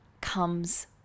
comes